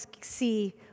see